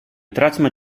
traćmy